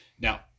Now